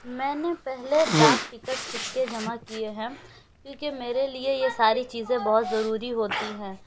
میں نے پہلے ڈاک ٹکٹ سکے جمع کیے ہیں کیونکہ میرے لیے یہ ساری چیزیں بہت ضروری ہوتی ہیں